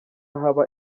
haba